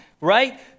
right